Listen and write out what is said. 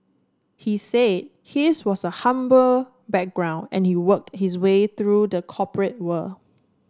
he said his was a humble background and he worked his way through the corporate world